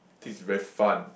think is very fun